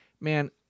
Man